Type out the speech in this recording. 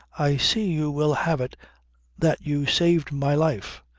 i see you will have it that you saved my life.